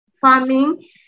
farming